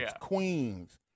queens